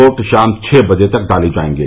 vote शाम छः बजे तक डाले जायेंगे